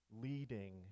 leading